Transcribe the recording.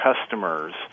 customers